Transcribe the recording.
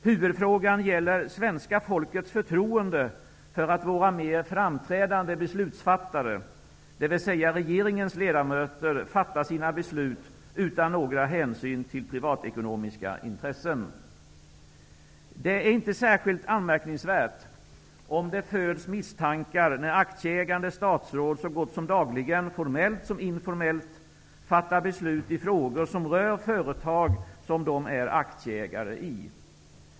Huvudfrågan gäller svenska folkets förtroende för att våra mer framträdande beslutsfattare, dvs. regeringens ledamöter, fattar sina beslut utan några hänsyn till privatekonomiska intressen. Det är inte särskilt anmärkningsvärt om det föds misstankar, när aktieägande statsråd som gott som dagligen -- formellt som informellt -- fattar beslut i frågor som rör företag som de är aktieägare i.